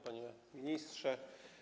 Panie Ministrze!